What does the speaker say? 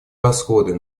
расходы